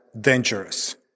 dangerous